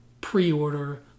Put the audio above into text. pre-order